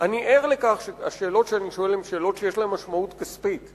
אני ער לכך שהשאלות שאני שואל הן שאלות שיש להן משמעות כספית,